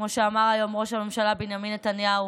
כמו שאמר היום ראש הממשלה בנימין נתניהו,